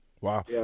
Wow